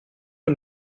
que